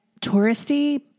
touristy